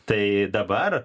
tai dabar